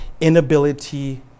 inability